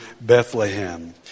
Bethlehem